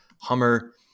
Hummer